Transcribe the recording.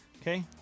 Okay